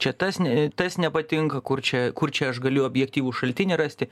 čia tas ne tas nepatinka kur čia kur čia aš galiu objektyvų šaltinį rasti